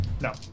No